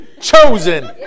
chosen